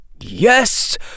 Yes